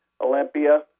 Olympia